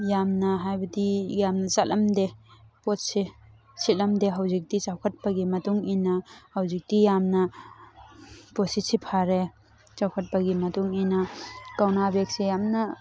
ꯌꯥꯝꯅ ꯍꯥꯏꯕꯗꯤ ꯌꯥꯝꯅ ꯆꯠꯂꯝꯗꯦ ꯄꯣꯠꯁꯦ ꯁꯤꯠꯂꯝꯗꯦ ꯍꯧꯖꯤꯛꯇꯤ ꯆꯥꯎꯈꯠꯄꯒꯤ ꯃꯇꯨꯡ ꯏꯟꯅ ꯍꯧꯖꯤꯛꯇꯤ ꯌꯥꯝꯅ ꯄꯣꯠꯁꯤꯠꯁꯤ ꯐꯔꯦ ꯆꯥꯎꯈꯠꯄꯒꯤ ꯃꯇꯨꯡ ꯏꯟꯅ ꯀꯧꯅꯥ ꯕꯦꯛꯁꯦ ꯌꯥꯝꯅ